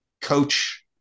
coach